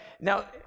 Now